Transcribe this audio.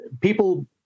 people